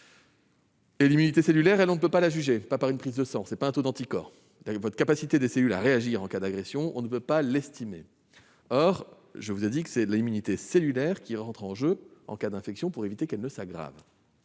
L'immunité cellulaire, elle, on ne peut en juger par une prise de sang. Ce n'est pas un taux d'anticorps : la capacité de vos cellules à réagir en cas d'agression, on ne peut pas l'estimer. Or, comme je vous l'ai dit, c'est bien l'immunité cellulaire qui entre en jeu, en cas d'infection, pour éviter qu'elle ne s'aggrave.